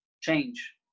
change